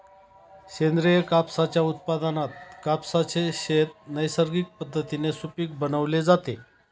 सेंद्रिय कापसाच्या उत्पादनात कापसाचे शेत नैसर्गिक पद्धतीने सुपीक बनवले जाते